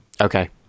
Okay